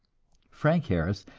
frank harris,